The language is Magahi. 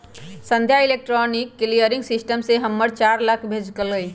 संध्या इलेक्ट्रॉनिक क्लीयरिंग सिस्टम से हमरा चार लाख भेज लकई ह